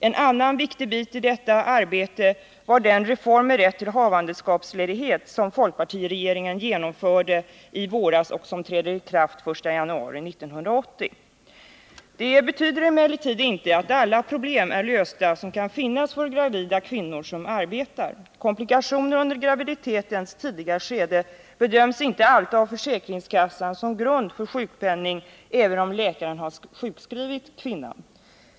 En annan viktig bit i detta arbete var den reform med rätt till havandeskapsledighet som folkpartiregeringen genomförde i våras och som träder i kraft den 1 januari 1980. Det betyder emellertid inte att man löst alla problem som kan finnas för gravida kvinnor som arbetar. Komplikationer under graviditetens tidiga skede bedöms inte alltid av försäkringskassan som grund för sjukpenning, även om läkaren har sjukskrivit kvinnan.